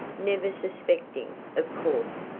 never suspecting, of course,